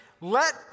Let